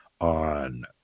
on